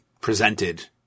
presented